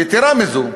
יתרה מזאת,